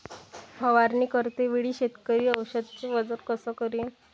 फवारणी करते वेळी शेतकरी औषधचे वजन कस करीन?